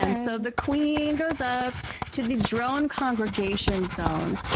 and so the queen goes up to the drone congregation zone.